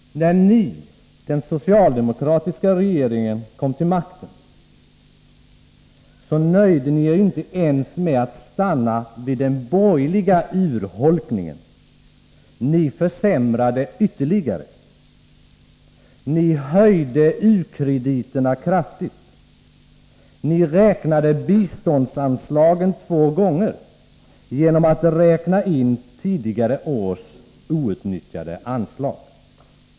När socialdemokraterna kom till makten nöjde ni er inte ens med att stanna vid den borgerliga urholkningen. Ni försämrade ytterligare. Ni höjde u-krediterna kraftigt. Ni räknade biståndsanslagen två gånger genom att räkna in tidigare års outnyttjade anslag.